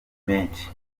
menshi